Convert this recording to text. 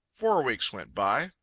four weeks went by,